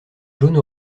jaune